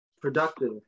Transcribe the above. productive